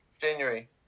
January